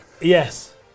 Yes